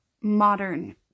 modern